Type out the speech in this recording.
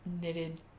knitted